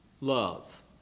love